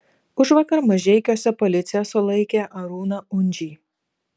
užvakar mažeikiuose policija sulaikė arūną undžį